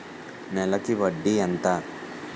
నెలకి వడ్డీ ఎంత?